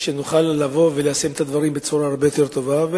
שנוכל לבוא ולשים את הדברים בצורה יותר טובה,